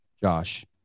Josh